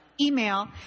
email